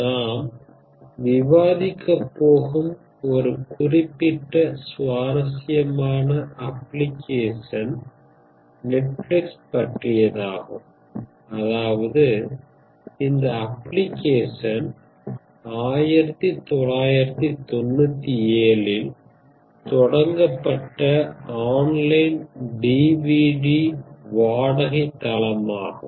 நாம் விவாதிக்கப்போகும் ஒரு குறிப்பிட்ட சுவாரசியமான அப்ளிகேஷன் நெட்ஃபிளிக்ஸ் பற்றியதாகும் அதாவது இந்த அப்ளிகேஷன் 1997 இல் தொடங்கப்பட்ட ஆன்லைன் DVD வாடகை தளமாகும்